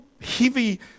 heavy